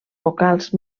vocals